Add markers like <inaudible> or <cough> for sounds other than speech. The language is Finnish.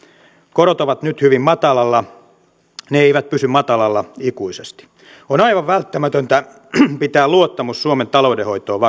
korot ovat nyt hyvin matalalla ne eivät pysy matalalla ikuisesti on aivan välttämätöntä pitää luottamus suomen taloudenhoitoon <unintelligible>